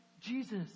jesus